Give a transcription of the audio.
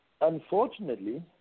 unfortunately